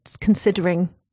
considering